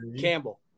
Campbell